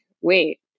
wait